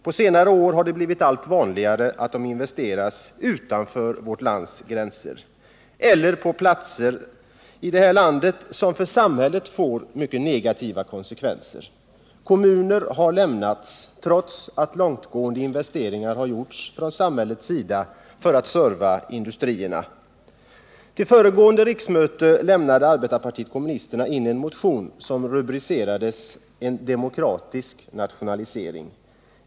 På senare år har det blivit allt vanligare att investeringarna gjorts utanför detta lands gränser eller på platser i landet som för samhället fått mycket negativa konsekvenser. Kommuner har lämnats trots att långtgående investeringar gjorts från samhällets sida för att serva industrierna. Till föregående riksmöte lämnade arbetarpartiet kommunisterna in en motion som rubricerades ”en demokratisk nationalisering”.